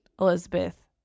Elizabeth